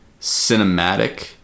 cinematic